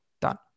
done